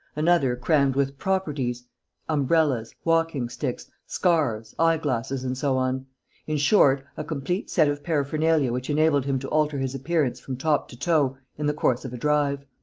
another crammed with properties umbrellas, walking-sticks, scarves, eye-glasses and so on in short, a complete set of paraphernalia which enabled him to alter his appearance from top to toe in the course of a drive.